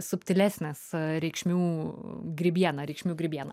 subtilesnės reikšmių grybiena reikšmių grybiena